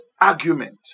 argument